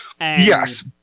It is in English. Yes